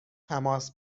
تماس